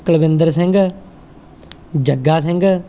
Kulwinder Singh Jagga Singh